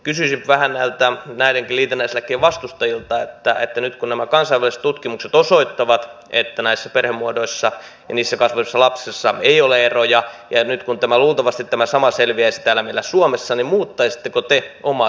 kysyisin vähän näiden liitännäislakien vastustajilta että nyt kun nämä kansainväliset tutkimukset osoittavat että näissä perhemuodoissa ja niissä kasvaneissa lapsissa ei ole eroja ja nyt kun tämä sama luultavasti selviäisi täällä meillä suomessa niin muuttaisitteko te omaa suhtautumistanne